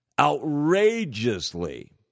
outrageously